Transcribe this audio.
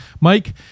mike